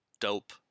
Dope